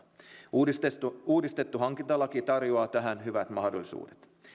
uudistettu uudistettu hankintalaki tarjoaa tähän hyvät mahdollisuudet